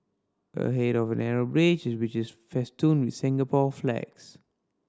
ahead is a narrow bridge which is festooned with Singapore flags